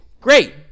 Great